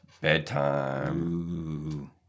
bedtime